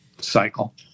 cycle